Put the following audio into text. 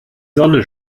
sonne